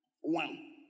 One